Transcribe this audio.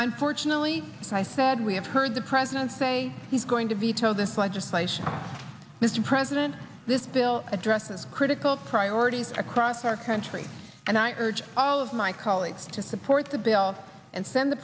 unfortunately i said we have heard the president say he's going to veto this legislation mr president this bill addresses critical priorities across our country and i urge all of my colleagues to support the bill and send the